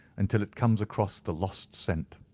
until it comes across the lost scent.